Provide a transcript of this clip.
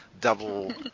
double